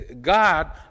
God